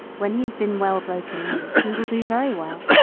when he has been well broken in he will do very well.